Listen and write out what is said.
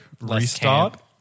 restart